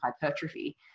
hypertrophy